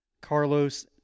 Carlos